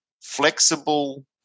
flexible